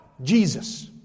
Jesus